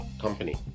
company